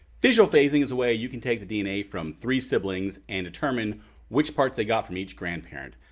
visual phasing is a way you can take the dna from three siblings and determine which parts they got from each grandparent.